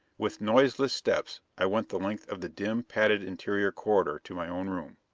with noiseless steps i went the length of the dim, padded interior corridor to my own room.